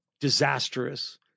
disastrous